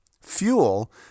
Fuel